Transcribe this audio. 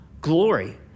glory